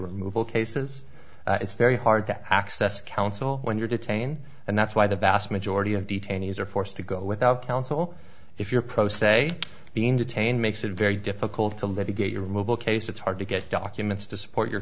removal cases it's very hard to access counsel when you're detain and that's why the vast majority of detainees are forced to go without counsel if you're pro se being detained makes it very difficult to litigate your removal case it's hard to get documents to support your